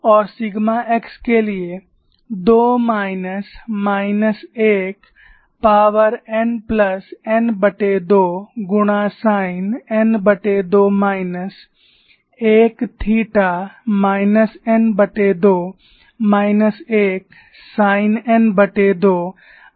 और sigma x के लिए 2 minus minus 1 power n plus n2 गुणा sine n2 minus 1 theta minus n2 minus 1 sine n2 minus 3 theta